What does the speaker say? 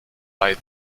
bei